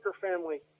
family